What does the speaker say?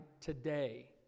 today